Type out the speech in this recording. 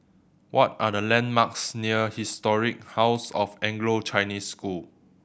what are the landmarks near Historic House of Anglo Chinese School